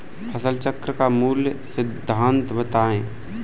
फसल चक्र का मूल सिद्धांत बताएँ?